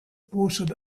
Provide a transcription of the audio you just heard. posted